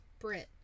Brit